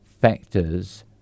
factors